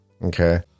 Okay